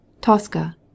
tosca